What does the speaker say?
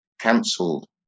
cancelled